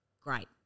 Great